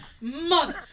mother